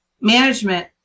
management